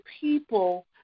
people